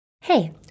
Hey